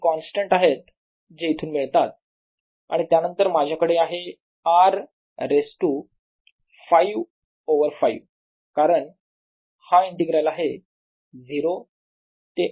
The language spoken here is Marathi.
हे कॉन्स्टंट आहेत जे इथून मिळतात आणि त्यानंतर माझ्याकडे आहे R रेज टू 5 ओवर 5 कारण हा इंटिग्रल आहे 0 ते R